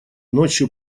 ночью